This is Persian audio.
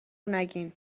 نگین